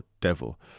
devil